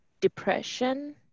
depression